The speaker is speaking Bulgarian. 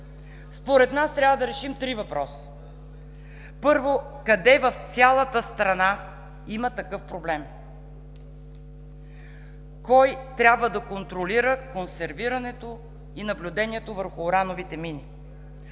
Според нас трябва да решим три въпроса. Първо, къде в цялата страна има такъв проблем? Кой трябва да контролира консервирането и наблюдението върху урановите мини?